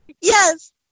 Yes